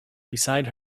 beside